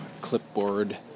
clipboard